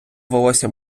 волосся